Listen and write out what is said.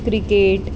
cricket